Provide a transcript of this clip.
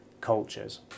cultures